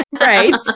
right